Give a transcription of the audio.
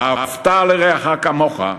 "ואהבת לרעך כמוך"